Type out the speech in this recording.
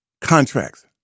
contracts